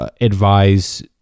advise